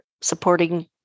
supporting